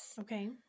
Okay